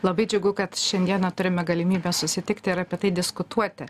labai džiugu kad šiandieną turime galimybę susitikti ir apie tai diskutuoti